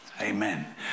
Amen